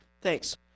Thanks